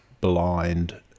blind